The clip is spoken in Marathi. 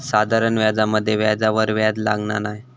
साधारण व्याजामध्ये व्याजावर व्याज लागना नाय